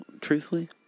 truthfully